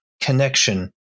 connection